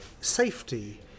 safety